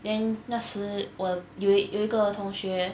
then 那时我有有一个同学